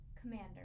commander